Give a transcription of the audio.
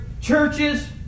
churches